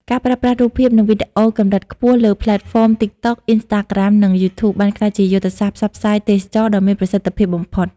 ការប្រើប្រាស់រូបភាព និងវីដេអូកម្រិតខ្ពស់លើផ្លេតហ្វម TikTok, Instagram និង YouTube បានក្លាយជាយុទ្ធសាស្ត្រផ្សព្វផ្សាយទេសចរណ៍ដ៏មានប្រសិទ្ធភាពបំផុត។